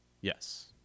Yes